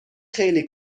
خیلی